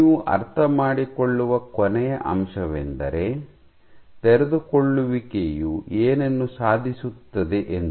ನೀವು ಅರ್ಥಮಾಡಿಕೊಳ್ಳುವ ಕೊನೆಯ ಅಂಶವೆಂದರೆ ತೆರೆದುಕೊಳ್ಳುವಿಕೆಯು ಏನನ್ನು ಸಾಧಿಸುತ್ತದೆ ಎಂದು